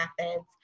methods